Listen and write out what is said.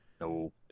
No